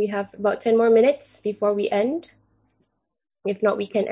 we have about ten more minutes before we end if not we can